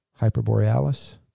Hyperborealis